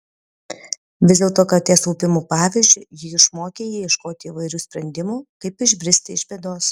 vis dėlto katės lupimo pavyzdžiu ji išmokė jį ieškoti įvairių sprendimų kaip išbristi iš bėdos